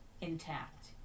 intact